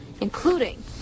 including